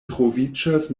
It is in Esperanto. troviĝas